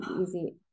easy